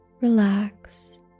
Relax